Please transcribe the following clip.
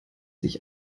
sich